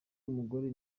umugore